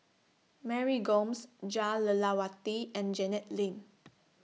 Mary Gomes Jah Lelawati and Janet Lim